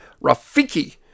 Rafiki